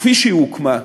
כפי שהיא הוקמה,